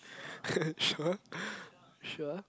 sure sure